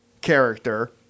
character